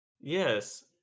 yes